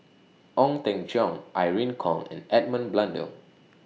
Ong Teng Cheong Irene Khong and Edmund Blundell